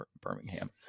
Birmingham